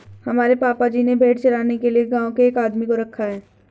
हमारे पापा जी ने भेड़ चराने के लिए गांव के एक आदमी को रखा है